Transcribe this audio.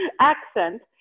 accent